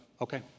Okay